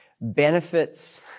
Benefits